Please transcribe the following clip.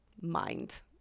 mind